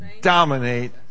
dominate